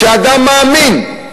כאדם מאמין,